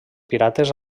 pirates